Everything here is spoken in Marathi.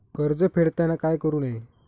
कर्ज फेडताना काय करु नये?